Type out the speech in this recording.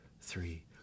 three